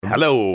Hello